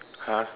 !huh!